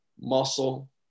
muscle